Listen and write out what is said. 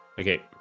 Okay